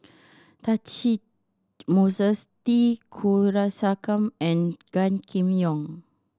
Catchick Moses T Kulasekaram and Gan Kim Yong